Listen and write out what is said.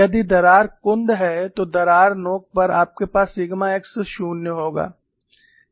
यदि दरार कुंद है तो दरार नोक पर आपके पास सिग्मा x 0 होगा